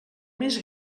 més